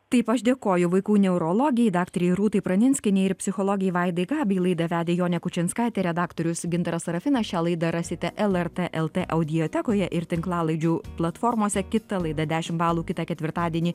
taip aš dėkoju vaikų neurologei daktarei rūtai praninskienei ir psichologė vaidai gabei laidą vedė jonė kučinskaitė redaktorius gintaras serafinas šią laidą rasite lrt el t audiotekoje ir tinklalaidžių platformose kita laida dešimt balų kitą ketvirtadienį